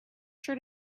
sure